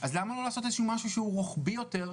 למה לא לעשות משהו רוחבי יותר,